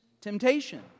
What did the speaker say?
temptation